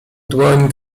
dłoń